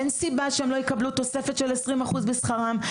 אין סיבה שהן לא יקבלו תוספת של עשרים אחוז בשכרן,